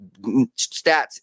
stats